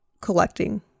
collecting